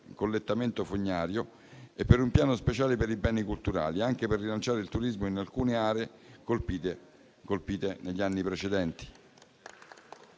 collettamento fognario e per un piano speciale per i beni culturali, anche per rilanciare il turismo in alcune aree colpite negli anni precedenti.